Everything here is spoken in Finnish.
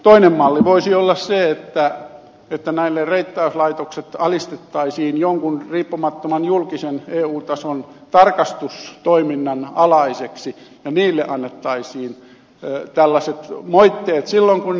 toinen malli voisi olla se että reittauslaitokset alistettaisiin jonkun riippumattoman julkisen eu tason tarkastustoiminnan alaisiksi ja niille annettaisiin moitteet silloin kun ne arvioivat väärin